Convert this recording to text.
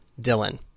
Dylan